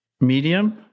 medium